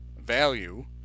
value